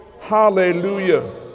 Hallelujah